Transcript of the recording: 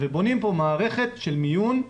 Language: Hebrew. ובונים פה מערכת של מיון.